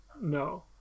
No